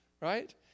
right